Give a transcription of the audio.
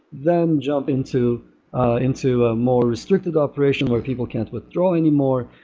then jump into into a more restricted operation where people can't withdraw anymore,